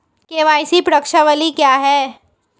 KYC प्रश्नावली क्या है?